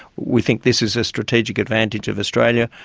we think this is a strategic advantage of australia.